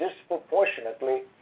disproportionately